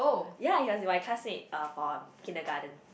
ya he was in my classmate uh for kindergarten